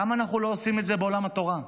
למה אנחנו לא עושים את זה בעולם התורה?